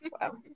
wow